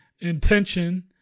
Intention